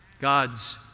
God's